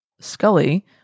Scully